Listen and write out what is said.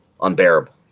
unbearable